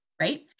right